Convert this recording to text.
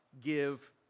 give